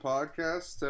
Podcast